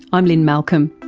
i'm lynne malcolm.